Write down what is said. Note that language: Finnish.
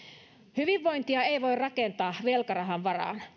hyvinvointia ei voi rakentaa velkarahan varaan